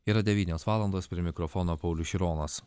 yra devynios valandos prie mikrofono paulius šironas